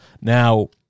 now